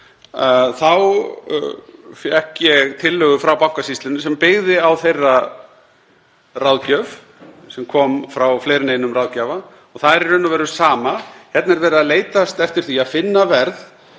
fékk ég tillögur frá Bankasýslunni sem byggðu á þeirra ráðgjöf sem kom frá fleiri en einum ráðgjafa og það er í raun og veru sama, hérna er verið að leitast eftir því að finna verð